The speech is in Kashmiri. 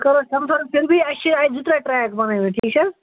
کَرو أسۍ کَنفٔرم پھر بھی اَسہِ چھے اتہِ زٕ ترےٚ ٹرٛیک بَنٲومتۍ ٹھیٖک چھا